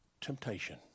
temptation